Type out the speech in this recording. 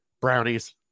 Brownies